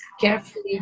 carefully